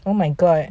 oh my god